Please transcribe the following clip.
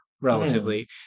relatively